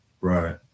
right